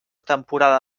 temporada